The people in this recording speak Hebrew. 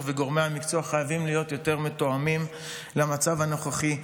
וגורמי המקצוע חייבים להיות יותר מותאמים למצב הנוכחי.